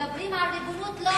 מדברים על ריבונות, לא על עצמאות.